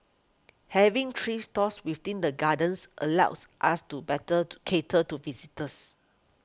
having three stores within the gardens allows us to better to cater to visitors